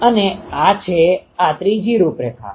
અને આ છે આ ત્રીજી રૂપરેખા